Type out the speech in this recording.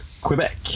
Quebec